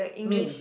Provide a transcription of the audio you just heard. me